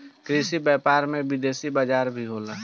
कृषि व्यापार में में विदेशी बाजार भी होला